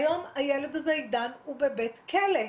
והיום הילד הזה הוא בבית כלא.